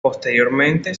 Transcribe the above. posteriormente